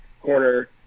corner